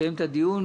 הצליח.